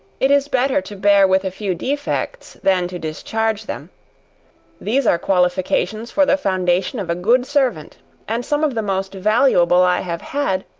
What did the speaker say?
it is better to bear with a few defects, than to discharge them these are qualifications for the foundation of a good servant and some of the most valuable i have had,